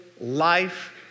life